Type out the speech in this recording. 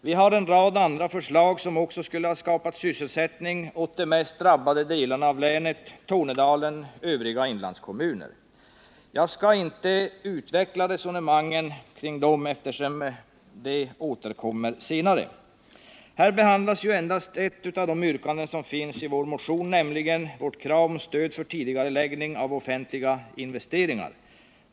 Vi har en rad andra förslag som också skulle ha skapat sysselsättning åt de mest drabbade delarna av länet, Tornedalen och övriga inlandskommuner. Jag skall inte utveckla resonemangen kring dem, eftersom de återkommer senare. Här behandlas ju endast ett av de yrkanden som finns i vår motion, nämligen vårt krav på stöd för tidigareläggning av offentliga investeringar.